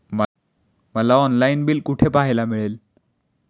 मला online bill कुठे पाहायला मिळेल?